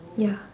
ya